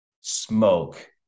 smoke